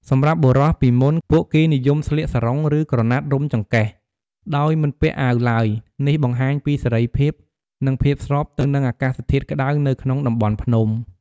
សម្រាប់បុរស:ពីមុន ពួកគេនិយមស្លៀក សារុង ឬ ក្រណាត់រុំចង្កេះ ដោយមិនពាក់អាវឡើយ។ នេះបង្ហាញពីសេរីភាព និងភាពស្របទៅនឹងអាកាសធាតុក្តៅនៅក្នុងតំបន់ភ្នំ។